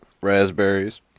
raspberries